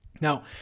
Now